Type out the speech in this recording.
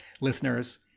listeners